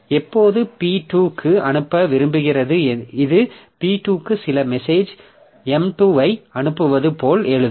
எப்போது P2 க்கு அனுப்ப விரும்புகிறது இது P2க்கு சில மெசேஜ் M2 ஐ அனுப்புவது போல் எழுதும்